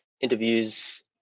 Interviews